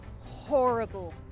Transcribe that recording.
horrible